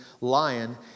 lion